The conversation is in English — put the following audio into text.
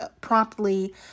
promptly